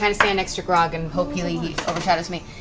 and stand next to grog and hope he like he overshadows me.